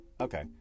okay